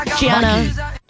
Gianna